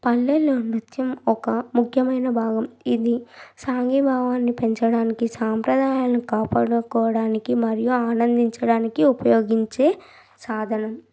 పల్లెల్లో నృత్యం ఒక ముఖ్యమైన భాగం ఇది సంగీభావాన్నిపెంచడానికి సాంప్రదాయాలను కాపాడుకోవడానికి మరియు ఆనందించడానికి ఉపయోగించే సాధనం